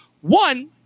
one